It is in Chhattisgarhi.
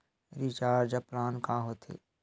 रिचार्ज प्लान का होथे?